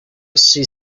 she